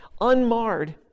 unmarred